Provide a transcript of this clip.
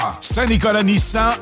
Saint-Nicolas-Nissan